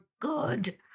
good